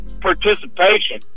participation